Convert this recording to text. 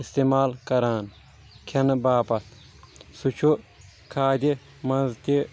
استعمال کران کھٮ۪نہٕ باپتھ سُہ چھُ کھادِ منٛز تہِ